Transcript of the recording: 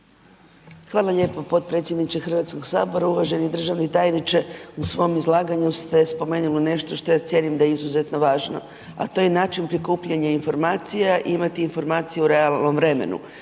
Hvala lijepo potpredsjedniče Hrvatskog sabora. Uvaženi državni tajniče. U svom izlaganju ste spomenuli nešto što ja cijenim da je izuzetno važno, a to je način prikupljanja informacija i imati informacije u realnom vremenu,